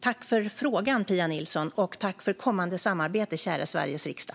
Tack för frågan, Pia Nilsson, och tack för kommande samarbete, kära Sveriges riksdag!